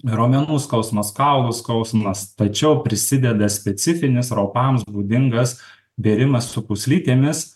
raumenų skausmas kaulų skausmas tačiau prisideda specifinis raupams būdingas bėrimas su pūslytėmis